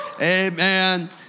Amen